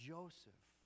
Joseph